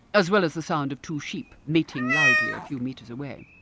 as well as the sound of two sheep mating loudly a few metres away.